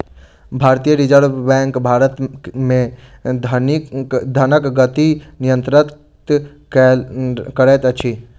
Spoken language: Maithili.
भारतीय रिज़र्व बैंक भारत मे धनक गति नियंत्रित करैत अछि